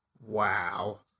Wow